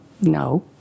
no